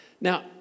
Now